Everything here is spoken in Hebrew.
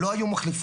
לא היו מחליפות.